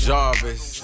Jarvis